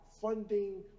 funding